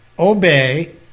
Obey